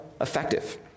effective